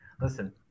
Listen